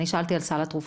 אני שאלתי על סל התרופות.